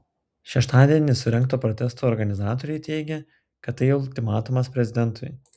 šeštadienį surengto protesto organizatoriai teigė kad tai ultimatumas prezidentui